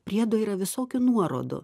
priedų yra visokių nuorodų